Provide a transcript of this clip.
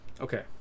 Okay